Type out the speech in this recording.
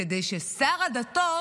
כדי ששר הדתות